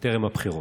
ערב הבחירות.